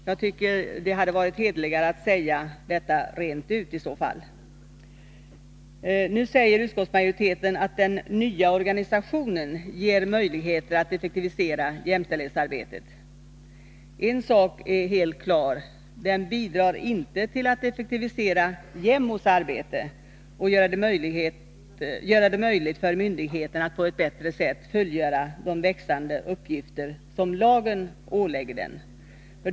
Jag tycker att det hade varit hederligare att säga detta rent ut i så fall. Nu säger utskottsmajoriteten att den nya organisationen ger möjligheter att effektivisera jämställdhetsarbetet. En sak är helt klar — den bidrar inte till att effektivisera jämställdhetsombudsmannens arbete och göra det möjligt för myndigheten att på ett bättre sätt fullgöra de växande uppgifter som lagen ålägger den.